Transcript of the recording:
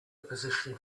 position